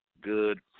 good